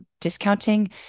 discounting